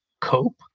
cope